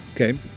Okay